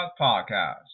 Podcast